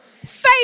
faith